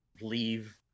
leave